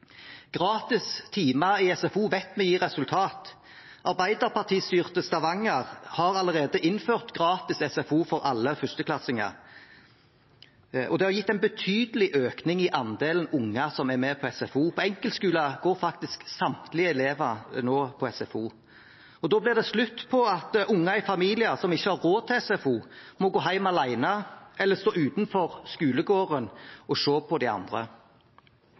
Gratis timer i SFO vet vi gir resultater. Arbeiderparti-styrte Stavanger har allerede innført gratis SFO for alle førsteklassinger, og det har gitt en betydelig økning i andelen unger som er med på SFO. På enkeltskoler går faktisk samtlige elever nå på SFO. Da blir det slutt på at unger i familier som ikke har råd til SFO, må gå hjem alene eller stå utenfor skolegården og se på de andre.